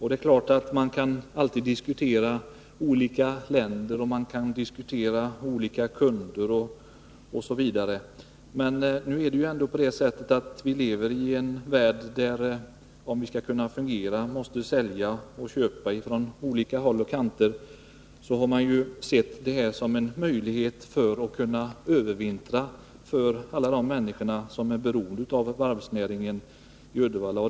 Det är klart att man alltid kan diskutera olika länder och kunder osv., men nu är det på det viset att vi lever i en värld där vi, för att kunna fungera, måste kunna sälja och köpa på olika håll och kanter. Således har man här sett en möjlighet att överleva för alla de människor som är beroende av varvsnäringen i Uddevalla.